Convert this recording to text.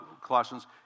Colossians